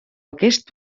aquest